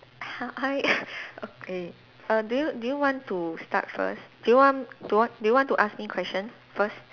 I eh uh do you do you want to start first do you want do you want do you want to ask me question first